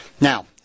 Now